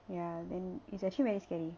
ya then it's actually very scary